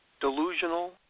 delusional